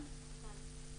מערוץ 20